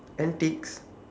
antics